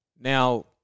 Now